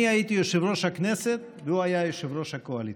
אני הייתי יושב-ראש הכנסת והוא היה יושב-ראש הקואליציה.